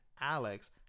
Alex